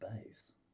space